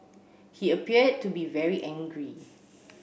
he appeared to be very angry